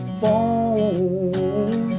phone